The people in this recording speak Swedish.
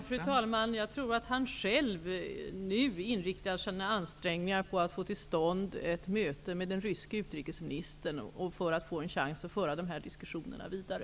Fru talman! Jag tror att han själv nu inriktar sina ansträngningar på att få till stånd ett möte med den ryske utrikesministern för att få en chans att föra dessa diskussioner vidare.